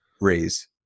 raise